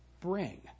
bring